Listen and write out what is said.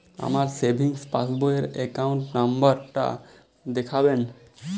আমার সেভিংস পাসবই র অ্যাকাউন্ট নাম্বার টা দেখাবেন?